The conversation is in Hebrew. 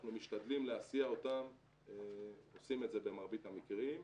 אנחנו משתדלים להסיע אותם ועושים את זה במרבית המקרים.